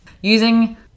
using